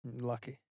Lucky